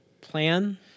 plan